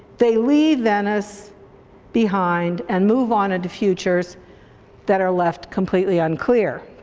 they leave venice behind and move on into futures that are left completely unclear.